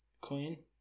Queen